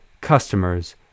customers